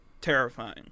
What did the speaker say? terrifying